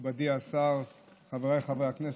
מכובדי השר, חבריי חברי הכנסת,